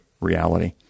reality